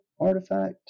Artifact